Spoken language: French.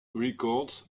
records